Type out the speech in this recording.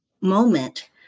moment